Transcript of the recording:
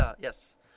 yes